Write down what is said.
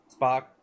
Spock